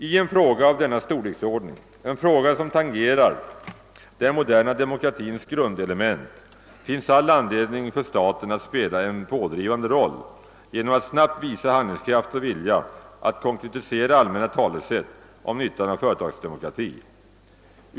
I en fråga av denna storleksordning, en fråga som tangerar den moderna demokratins grundelement, finns all anledning för staten att spela en pådrivande roll genom att snabbt visa handlingskraft och vilja att konkretisera allmänna talesätt om nyttan av företagsdemokrati.